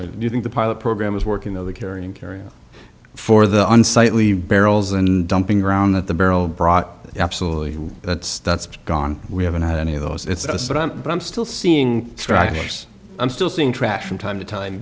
i do think the pilot program is working though the carrying carrier for the unsightly barrels and dumping ground that the barrel brought absolutely that's that's gone we haven't had any of those it's a stunt but i'm still seeing strikers i'm still seeing trash from time to time